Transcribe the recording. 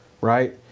right